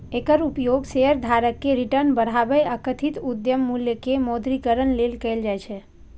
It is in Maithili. एकर उपयोग शेयरधारक के रिटर्न बढ़ाबै आ कथित उद्यम मूल्य के मौद्रीकरण लेल कैल जाइ छै